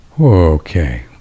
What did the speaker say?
okay